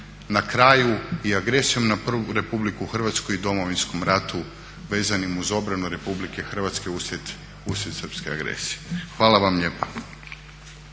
na kraju i agresijom na RH i Domovinskom ratu vezanim uz obranu RH uslijed srpske agresije. Hvala vam lijepa.